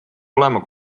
olema